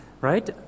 right